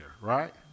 right